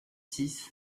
six